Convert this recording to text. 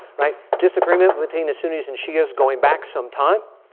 right? disagreement between the sunnis and shi'as going back some time.